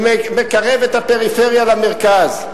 שמקרב את הפריפריה למרכז,